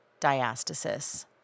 diastasis